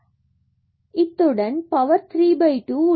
இத்துடன் power 3 by 2 உள்ளது